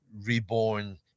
reborn